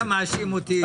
אתה מאשים אותי.